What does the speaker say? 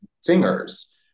singers